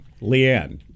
Leanne